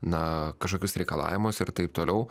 na kažkokius reikalavimus ir taip toliau